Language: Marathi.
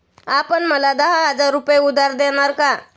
आपण मला दहा हजार रुपये उधार देणार का?